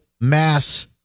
mass